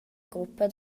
gruppa